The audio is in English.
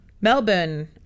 Melbourne